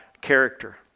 character